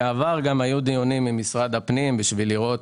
בעבר היו דיונים עם משרד הפנים בשביל לראות